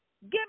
Give